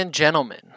gentlemen